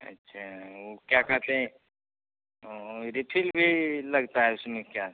अच्छा वह क्या कहते हैं रिफिल भी लगती है उसमें क्या